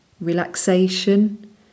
relaxation